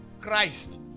Christ